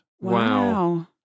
Wow